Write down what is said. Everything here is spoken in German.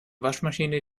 waschmaschine